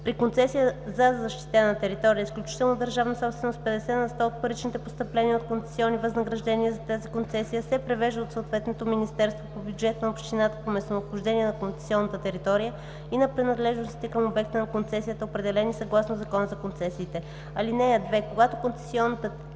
При концесия за защитена територия – изключителна държавна собственост, 50 на сто от паричните постъпления от концесионни възнаграждения за тази концесия се превеждат от съответното министерство по бюджета на общината по местонахождението на концесионната територия и на принадлежностите към обекта на концесията, определени съгласно Закона за концесиите. (2) Когато концесионната територия